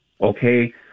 okay